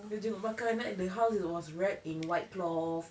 dia jenguk belakang and then at the house was wrapped in white cloth